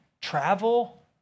travel